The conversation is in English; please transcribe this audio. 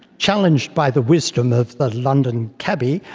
challenged by the wisdom of the london cabbie,